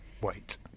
wait